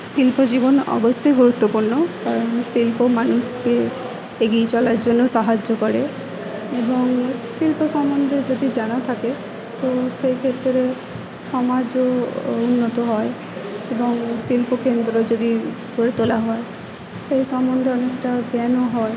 শিল্প জীবন অবশ্যই গুরুত্বপূর্ণ কারণ শিল্প মানুষকে এগিয়ে চলার জন্য সাহায্য করে এবং শিল্প সম্বন্ধে যদি জানা থাকে তো সেই ক্ষেত্রে সমাজও ও উন্নত হয় এবং শিল্প কেন্দ্র যদি গড়ে তোলা হয় সেই সম্বন্ধে অনেকটা জ্ঞানও হয়